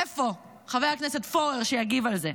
איפה חבר הכנסת פורר שיגיב על זה?